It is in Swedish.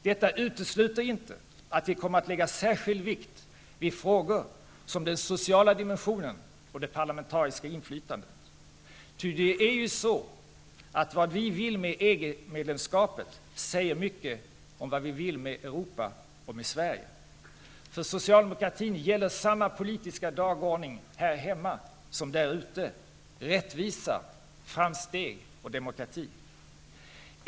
Detta utesluter inte att vi kommer att lägga särskild vikt vid frågor som den sociala dimensionen och det parlamentariska inflytandet, ty det är ju så att vad vi vill med EG medlemskapet säger mycket om vad vi vill med Europa och med Sverige. För socialdemokratin gäller samma politiska dagordning här hemma som där ute: Rättvisa, framsteg och demokrati.